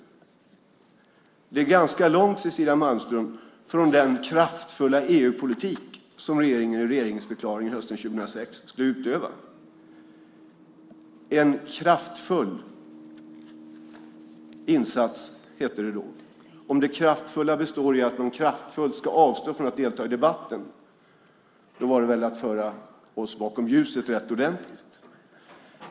Det är ganska långt, Cecilia Malmström, från den kraftfulla EU-politik som regeringen i regeringsförklaringen hösten 2006 sade att den skulle utöva. En kraftfull insats, hette det då. Om det kraftfulla består i att man kraftfullt ska avstå från att delta i debatten var det att föra oss bakom ljuset rätt ordentligt.